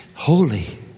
Holy